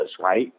right